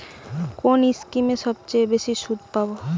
কোন স্কিমে সবচেয়ে বেশি সুদ পাব?